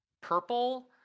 Purple